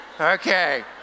okay